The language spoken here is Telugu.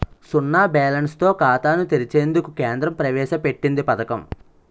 సున్నా బ్యాలెన్స్ తో ఖాతాను తెరిచేందుకు కేంద్రం ప్రవేశ పెట్టింది పథకం